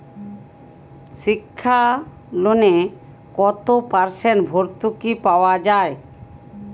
শিক্ষা লোনে কত পার্সেন্ট ভূর্তুকি পাওয়া য়ায়?